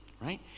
Right